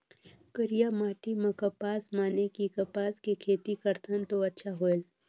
करिया माटी म कपसा माने कि कपास के खेती करथन तो अच्छा होयल?